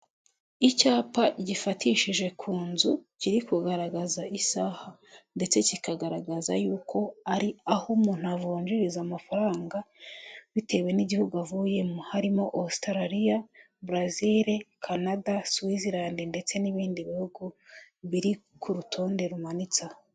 Icyapa gifatishije ku nzu kiri kugaragaza isaha ndetse kikagaragaza yuko ari aho umuntu avunjiriza amafaranga, bitewe n'igihugu avuyemo harimo Ositarariya, Burezire, Kanada Suwizirandi, ndetse n'ibindi bihugu biri ku rutonde rumanitse aha.